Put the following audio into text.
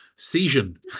season